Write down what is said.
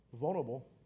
vulnerable